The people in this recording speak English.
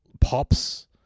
pops